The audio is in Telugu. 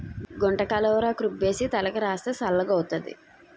గుంటకలవరాకు రుబ్బేసి తలకు రాస్తే చల్లగౌతాది